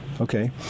Okay